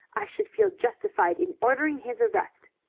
i should feel justified in ordering his arrest.